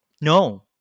No